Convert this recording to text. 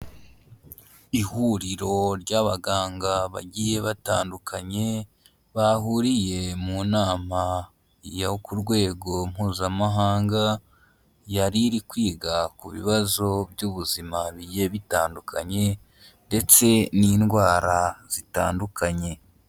Ihuriro ry'abaganga bagiye batandukanye, bahuriye mu nama yo ku rwego Mpuzamahanga, yari iri kwiga ku bibazo by'ubuzima bigiye bitandukanye ndetse n'indwara zitandukanye.